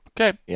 okay